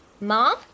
Mom